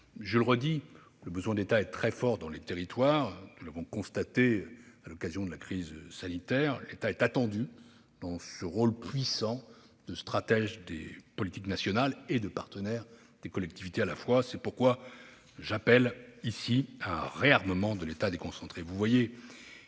collectivités. Le besoin d'État est très fort dans les territoires ; nous l'avons constaté à l'occasion de la crise sanitaire. L'État est attendu dans un rôle puissant de stratège des politiques nationales et de partenaire des collectivités. C'est pourquoi nous appelons à un réarmement de l'État déconcentré.